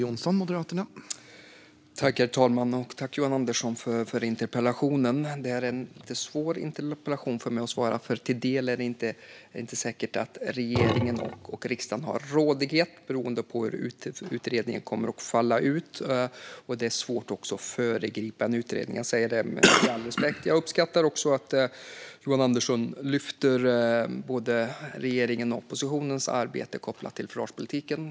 Herr talman! Tack, Johan Andersson, för interpellationen! Det är en lite svår interpellation att svara på för mig, för till del är det inte säkert att regeringen och riksdagen har rådighet över detta beroende på hur utredningen kommer att falla ut. Det är också svårt att föregripa en utredning - detta sagt med all respekt. Jag uppskattar att Johan Andersson lyfter både regeringens och oppositionens arbete kopplat till försvarspolitiken.